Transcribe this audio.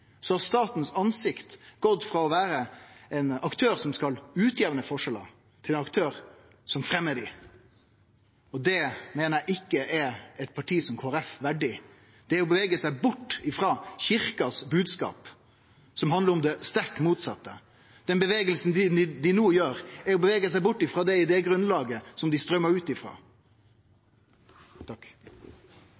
har gått frå å vere ein aktør som skal utjamne forskjellar, til ein aktør som fremjar dei. Det meiner eg ikkje er eit parti som Kristeleg Folkeparti verdig. Det er å bevege seg bort frå bodskapen til kyrkja, som handlar om det stikk motsette. Den bevegelsen dei no gjer, er å bevege seg bort frå det idégrunnlaget som dei strøymde ut